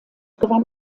gewann